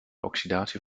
oxidatie